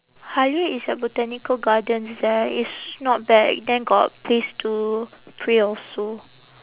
Halia is at botanical gardens there it's not bad then got place to pray also